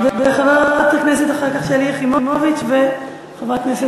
וחברת הכנסת, אחר כך, שלי יחימוביץ, וחברת הכנסת